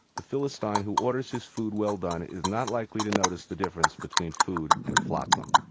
the philistine who orders his food well-done is not likely to notice the difference between food and flotsam